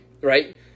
right